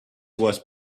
was